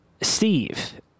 Steve